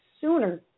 sooner